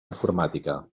informàtica